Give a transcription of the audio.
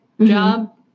job